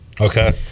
Okay